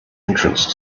entrance